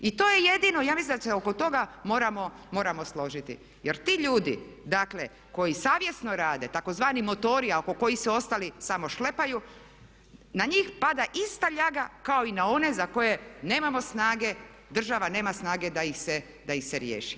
I to je jedino, ja mislim da se oko toga moramo složiti jer ti ljudi dakle koji savjesno rade tzv. motori a oko koji se ostali samo šlepaju na njih pada ista ljaga kao i na one za koje nemamo snage, država nema snage da ih se riješi.